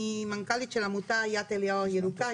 אני מנכ"לית של עמותת יד אליהו ירוקה,